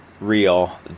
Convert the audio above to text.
real